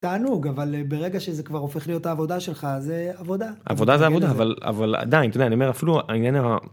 תענוג אבל ברגע שזה כבר הופך להיות העבודה שלך זה עבודה עבודה עבודה אבל אבל עדיין אני אומר אפילו העניין...